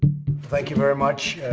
thank you very much.